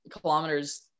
kilometers